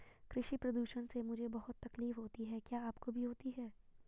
कृषि प्रदूषण से मुझे बहुत तकलीफ होती है क्या आपको भी होती है